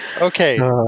okay